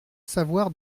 savoir